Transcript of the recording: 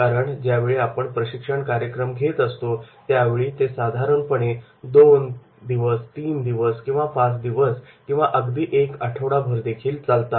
कारण ज्यावेळी आपण प्रशिक्षण कार्यक्रम घेत असतो त्यावेळी ते साधारणपणे दोन दिवस तीन दिवस किंवा पाच दिवस किंवा एक आठवडाभरदेखील चालतात